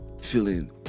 feeling